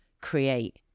create